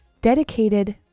dedicated